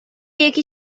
یکی